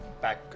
back